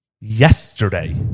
Yesterday